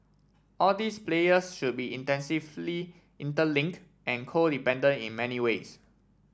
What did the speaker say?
all these players should be intensively interlink and codependent in many ways